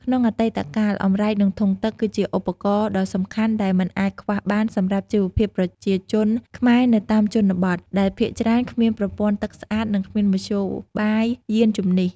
ក្នុងអតីតកាល អម្រែក និងធុងទឹក គឺជាឧបករណ៍ដ៏សំខាន់ដែលមិនអាចខ្វះបានសម្រាប់ជីវភាពប្រជាជនខ្មែរនៅតាមជនបទ ដែលភាគច្រើនគ្មានប្រព័ន្ធទឹកស្អាត និងគ្មានមធ្យោបាយយាន្តជំនិះ។